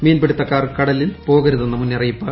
മീൻപിടുത്തക്കാർ കടലിൽ പോകരുതെന്ന് മുന്നറിയിപ്പ്